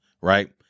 right